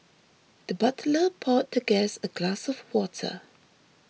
the butler poured the guest a glass of water